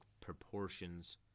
proportions